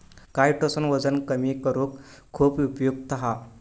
chitosan वजन कमी करुक खुप उपयुक्त हा